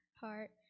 heart